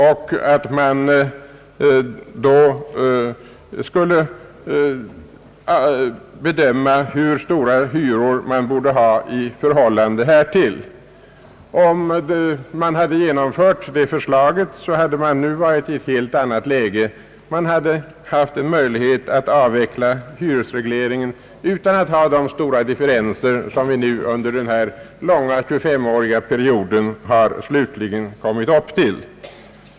Alla hyror borde sålunda bedömas efter skälighetsprövning i förhållande härtill. Om det förslaget hade genomförts hade läget nu varit ett helt annat. Hyresregleringen skulle ha kunnat avvecklas utan svårigheterna på grund av de stora differenser mellan olika bestånd, som vi under den hyresreglerade 25-årsperioden har kommit upp till.